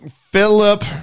Philip